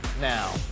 now